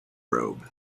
robe